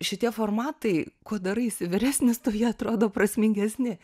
šitie formatai kuo daraisi vyresnis tuo jie atrodo prasmingesni